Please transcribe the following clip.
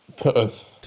Perth